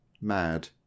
mad